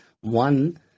One